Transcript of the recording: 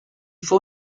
fue